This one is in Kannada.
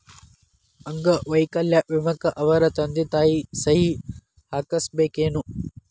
ಅಂಗ ವೈಕಲ್ಯ ವಿಮೆಕ್ಕ ಅವರ ತಂದಿ ತಾಯಿ ಸಹಿ ಹಾಕಸ್ಬೇಕೇನು?